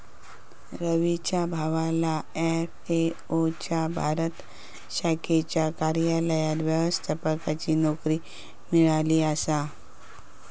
रवीच्या भावाला एफ.ए.ओ च्या भारत शाखेच्या कार्यालयात व्यवस्थापकाची नोकरी मिळाली आसा